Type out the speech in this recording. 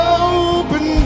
open